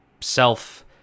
self